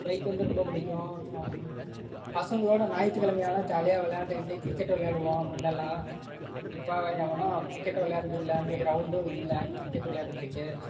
bike வந்து ரொம்ப பிடிக்கும் அப்புறம் பசங்களோட ஞாயித்துக்கிழமையானா ஜாலியாக வெளையாண்டுக்கிட்டு கிரிக்கெட்டு வெளையாடுவோம் முன்னெல்லாம் இப்போ எவனும் கிரிக்கெட்டு வெளையாட்றதில்ல அந்த கிரௌண்டு இல்லை கிரிக்கெட்டு விளையாட்றதுக்கு